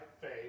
faith